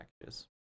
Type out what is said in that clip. packages